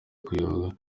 kuyobya